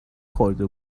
خورده